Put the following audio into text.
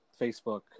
Facebook